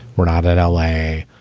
we're not that ally.